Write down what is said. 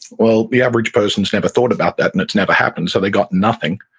well, the average person has never thought about that, and it's never happened, so they got nothing.